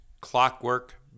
clockwork